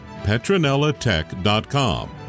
PetronellaTech.com